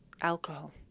Alcohol